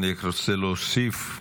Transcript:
אני רק רוצה להוסיף,